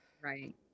Right